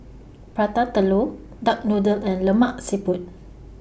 Prata Telur Duck Noodle and Lemak Siput